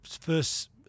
first